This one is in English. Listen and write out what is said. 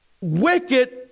wicked